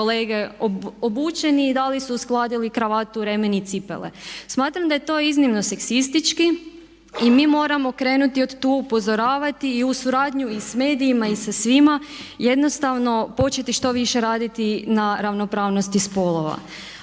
kolege obučeni i da li su uskladili kravatu, remen i cipele. Smatram da je to iznimno seksistički i mi moramo krenuti od tu, upozoravati i u suradnju i sa medijima i sa svima, jednostavno početi što više raditi na ravnopravnosti spolova.